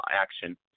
action